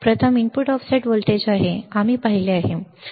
प्रथम input offset voltage आहे आम्ही पाहिले आहे बरोबर